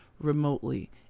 remotely